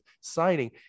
signing